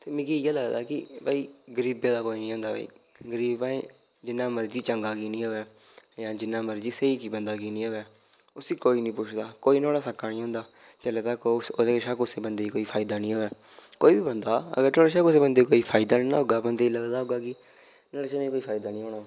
ते मिगी इ'यै लगदा भाई गरीबें दा कोई नीं होंदा ऐ गरीब भाएं जिन्ना मर्जी चंगा की नी जां जिन्ना मर्जी स्हेई बंदा की नी होऐ उसी कोई नी पुच्छदा कोई नुआढ़ा सक्का नी होंदा जिल्लै तक्क ओह् ओह्दे कशा कुसै बंदे गी कोई फायदा नी होऐ कोई बी बंदा अगर तुहाड़े शा कुसै गी कोई फायदा नीं ना होगा बंदे गी लग्गदा होगा कि नुआढ़े कशा मिगी कोई फायदा नीं होना